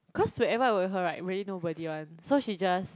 cause wherever I with her right really nobody [one] so she just